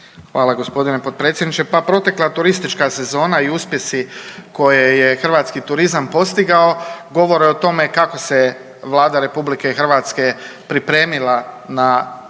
Hvala g. potpredsjedniče. Pa protekla turistička sezona i uspjesi koje je hrvatski turizam postigao govore o tome kako se Vlada RH pripremila na